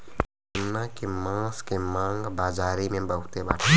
मेमना के मांस के मांग बाजारी में बहुते बाटे